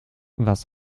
was